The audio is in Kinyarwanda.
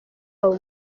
wabo